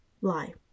lie